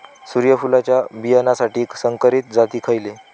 सूर्यफुलाच्या बियानासाठी संकरित जाती खयले?